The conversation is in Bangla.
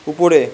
উপরে